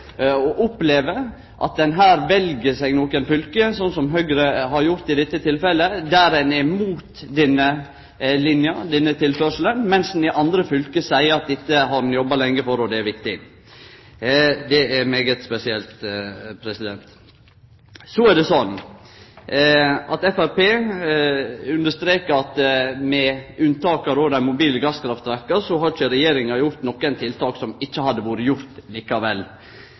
at ein her vel seg nokre fylke, slik som Høgre har gjort i dette tilfellet, der ein er imot denne lina, denne tilførselen, mens ein i andre fylke seier at dette har vi jobba lenge for, og det er viktig. Det er veldig spesielt. Så er det slik at Framstegspartiet strekar under at med unntak av dei mobile gasskraftverka har ikkje Regjeringa sett i verk noko tiltak som ikkje hadde blitt sett i verk likevel.